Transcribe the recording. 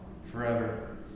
Forever